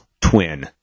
twin